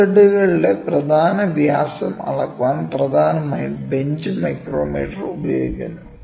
screw ത്രെഡുകളുടെ പ്രധാന വ്യാസം അളക്കാൻ പ്രധാനമായും ബെഞ്ച് മൈക്രോമീറ്റർ ഉപയോഗിക്കുന്നു